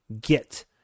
get